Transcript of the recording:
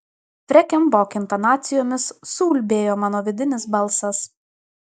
freken bok intonacijomis suulbėjo mano vidinis balsas